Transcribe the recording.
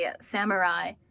samurai